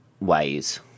ways